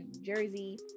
Jersey